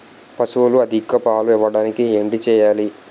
పశువులు అధిక పాలు ఇవ్వడానికి ఏంటి చేయాలి